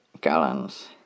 gallons